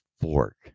fork